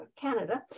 Canada